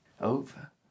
over